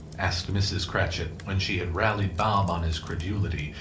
asked mrs. cratchit, when she had rallied bob on his credulity,